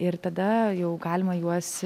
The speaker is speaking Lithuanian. ir tada jau galima juos